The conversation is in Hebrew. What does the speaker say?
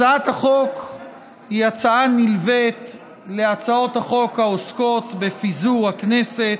הצעת החוק היא הצעה נלווית להצעות החוק העוסקות בפיזור הכנסת.